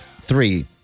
three